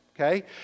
Okay